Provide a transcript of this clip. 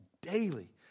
daily